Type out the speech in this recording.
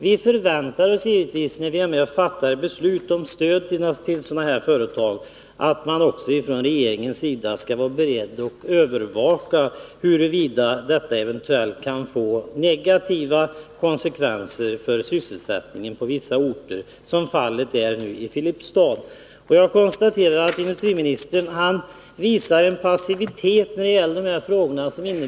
När vi har varit med om att fatta beslut om stöd till sådana företag har vi givetvis förväntat oss att regeringerf' skulle vara beredd att övervaka att detta inte kunde få negativa konsekvenser för sysselsättningen på vissa orter, såsom fallet nu är i Filipstad. Jag konstaterar att industriministern visar passivitet när det gäller de här att rädda verksamheten vid frågorna.